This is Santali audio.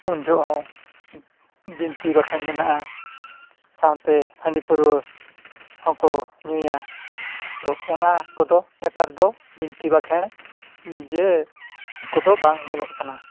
ᱩᱱ ᱡᱚᱠᱷᱚᱱ ᱦᱚᱸ ᱵᱤᱱᱛᱤ ᱵᱟᱠᱷᱮᱲ ᱢᱮᱱᱟᱜᱼᱟ ᱥᱟᱶᱛᱮ ᱦᱟᱺᱰᱤ ᱯᱟᱹᱣᱨᱟᱹ ᱦᱚᱸᱠᱚ ᱧᱩᱭᱟ ᱛᱚ ᱚᱱᱟ ᱠᱚᱫᱚ ᱱᱮᱛᱟᱨ ᱫᱚ ᱵᱤᱱᱛᱤ ᱵᱟᱠᱷᱮᱲ ᱡᱮ ᱠᱚᱫᱚ ᱵᱟᱝ ᱧᱮᱞᱚᱜ ᱠᱟᱱᱟ